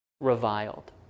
reviled